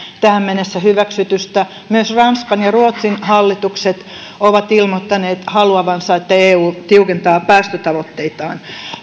tähän mennessä hyväksytystä myös ranskan ja ruotsin hallitukset ovat ilmoittaneet haluavansa että eu tiukentaa päästötavoitteitaan